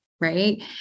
Right